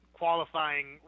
qualifying